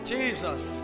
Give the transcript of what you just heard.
Jesus